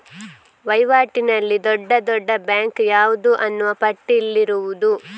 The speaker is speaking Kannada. ವೈವಾಟಿನಲ್ಲಿ ದೊಡ್ಡ ದೊಡ್ಡ ಬ್ಯಾಂಕು ಯಾವುದು ಅನ್ನುವ ಪಟ್ಟಿ ಇಲ್ಲಿರುವುದು